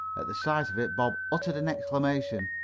at the sight of it bob uttered an exclamation.